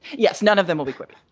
yes. none of them will be